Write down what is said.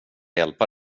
hjälpa